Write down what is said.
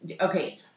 Okay